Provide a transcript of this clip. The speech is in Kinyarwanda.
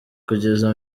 kugeza